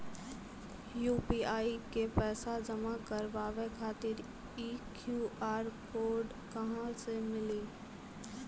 UPI मे पैसा जमा कारवावे खातिर ई क्यू.आर कोड कहां से मिली?